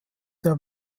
der